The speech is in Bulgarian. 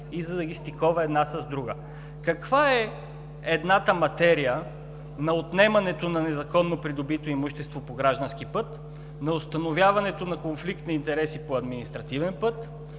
доразвие и стикова една с друга. Каква е едната материя на отнемането на незаконно придобито имущество по граждански път, на установяването на конфликт на интереси по административен път,